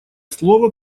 слово